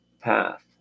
path